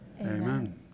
Amen